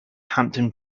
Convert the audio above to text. hampton